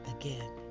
again